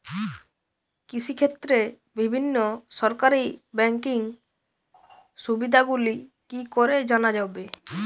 কৃষিক্ষেত্রে বিভিন্ন সরকারি ব্যকিং সুবিধাগুলি কি করে জানা যাবে?